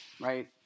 right